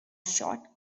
short